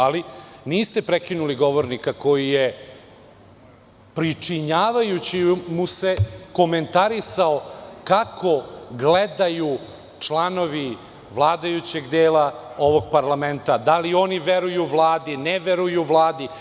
Ali, niste prekinuli govornika koji je, pričinjavajući mu se, komentarisao kako gledaju članovi vladajućeg dela ovog parlamenta, da li oni veruju Vladi, ne veruju Vladi.